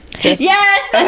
yes